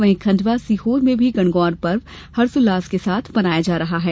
वहीं खंडवा और सीहोर में भी गणगौर पर्व हर्षोल्लास के साथ मनाया जा रहा है